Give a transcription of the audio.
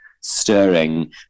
stirring